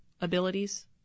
abilities